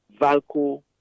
valco